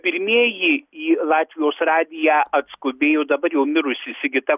pirmieji į latvijos radiją atskubėjo dabar jau mirusi sigita